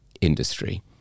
industry